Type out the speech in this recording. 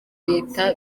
leta